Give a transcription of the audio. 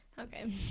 Okay